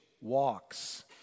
walks